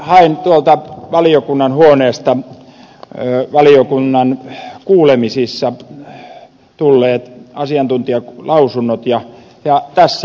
hain tuolta valiokunnan huoneesta valiokunnan kuulemisissa tulleet asiantuntijalausunnot